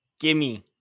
Gimme